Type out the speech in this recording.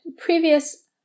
previous